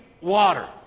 water